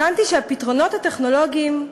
הבנתי שהפתרונות הטכנולוגיים,